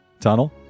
tunnel